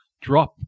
drop